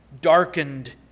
darkened